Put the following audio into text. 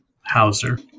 Hauser